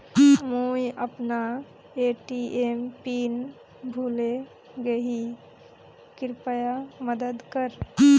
मुई अपना ATM pin भूले गही कृप्या मदद कर